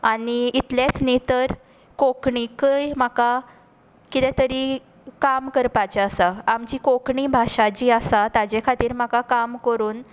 आनी इतलेंच न्ही तर कोंकणीकय म्हाका कितें तरी काम करपाचें आसा आमची कोंकणी भाशा जी आसा ताचे खातीर म्हाका काम करून